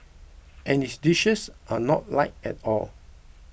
and its dishes are not light at all